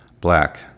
black